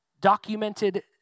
documented